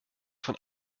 von